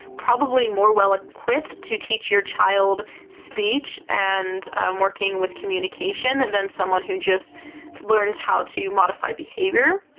probably more well equipped to teach your child speech and working with communication and than someone who just learns how to modify behavior.